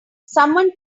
someone